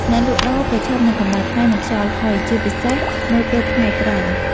អ្នកលក់ត្រូវប្រឈមនឹងកម្ដៅថ្ងៃ និងខ្យល់ហុយ ជាពិសេសនៅពេលថ្ងៃត្រង់។